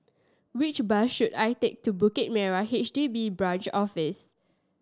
which bus should I take to Bukit Merah H D B Branch Office